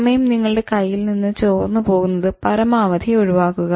സമയം നിങ്ങളുടെ കയ്യിൽ നിന്നും ചോർന്ന് പോകുന്നത് പരമാവധി ഒഴിവാക്കുക